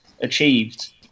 achieved